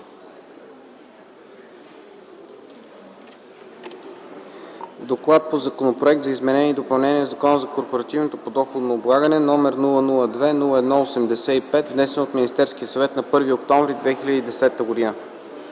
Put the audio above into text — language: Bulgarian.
гласуване Законопроект за изменение и допълнение на Закона за корпоративното подоходно облагане, № 002-01-85, внесен от Министерския съвет на 1 октомври 2010 г.”